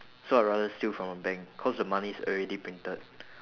so I'd rather steal from a bank cause the money is already printed